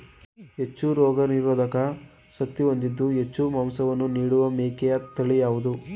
ಹೆಚ್ಚು ರೋಗನಿರೋಧಕ ಶಕ್ತಿ ಹೊಂದಿದ್ದು ಹೆಚ್ಚು ಮಾಂಸವನ್ನು ನೀಡುವ ಮೇಕೆಯ ತಳಿ ಯಾವುದು?